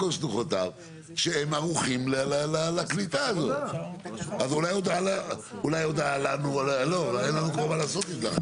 ואומר, לא יודע איך עשו את זה בזה,